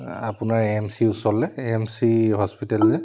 আপোনাৰ A M C ওচৰলৈ A M C hospital যে